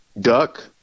duck